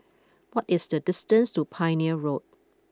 what is the distance to Pioneer Road